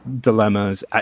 dilemmas